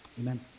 Amen